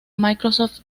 microsoft